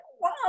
wow